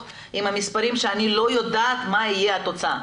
עם המספרים שאני לא יודעת מה תהיה התוצאה.